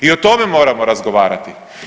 I o tome moramo razgovarati.